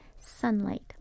sunlight